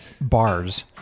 bars